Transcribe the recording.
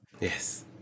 yes